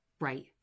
Right